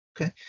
Okay